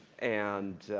and,